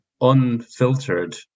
unfiltered